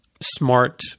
smart